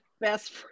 best